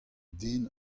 den